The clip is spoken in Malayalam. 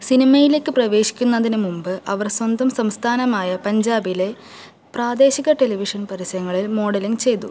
സിനിമയിലേക്ക് പ്രവേശിക്കുന്നതിന് മുമ്പ് അവർ സ്വന്തം സംസ്ഥാനമായ പഞ്ചാബിലെ പ്രാദേശിക ടെലിവിഷൻ പരസ്യങ്ങളിൽ മോഡലിംഗ് ചെയ്തു